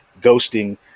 ghosting